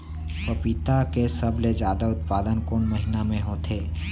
पपीता के सबले जादा उत्पादन कोन महीना में होथे?